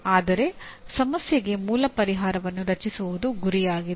ಆದರೆ ಸಮಸ್ಯೆಗೆ ಮೂಲ ಪರಿಹಾರವನ್ನು ರಚಿಸುವುದು ಗುರಿಯಾಗಿದೆ